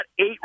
eight